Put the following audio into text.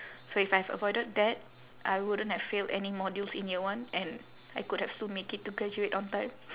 so if I have avoided that I wouldn't have failed any modules in year one and I could have still make it to graduate on time